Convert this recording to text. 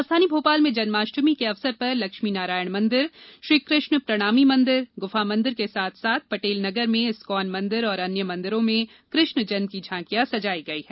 राजधानी भोपाल में जन्माष्टमी के अवसर पर लक्ष्मीनारायण मंदिर श्रीकृष्णप्रणामी गुफामंदिर के साथ साथ पटेलनगर में एस्कॉन मंदिर और अन्य मंदिरों में कृष्णजन्म की झांकिया सजाई गई है